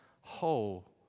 whole